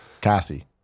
Cassie